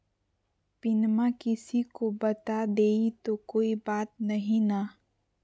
पिनमा किसी को बता देई तो कोइ बात नहि ना?